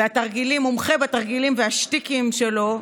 מומחה בתרגילים ובשטיקים שלו,